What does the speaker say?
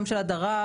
גם של הדרה,